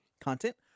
Content